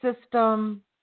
system